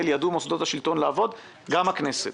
ידעו מוסדות השלטון לעבוד וגם הכנסת.